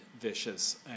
vicious